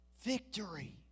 Victory